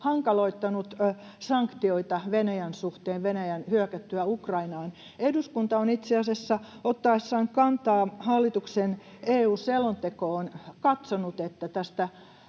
hankaloittanut sanktioita Venäjän suhteen Venäjän hyökättyä Ukrainaan. Eduskunta on itse asiassa ottaessaan kantaa hallituksen EU-selontekoon katsonut, että tätä